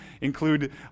include